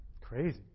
Crazy